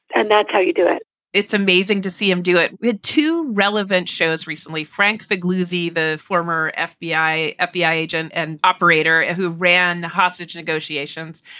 and that's how you do it it's amazing to see him do it with two relevant shows recently, frank vic lousie, the former ah fbi, fbi agent and operator who ran the hostage negotiations.